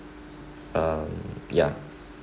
um ya